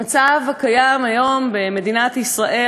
במצב הקיים היום במדינת ישראל,